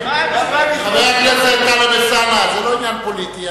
חבר הכנסת טלב אלסאנע, זה לא עניין פוליטי.